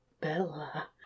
Bella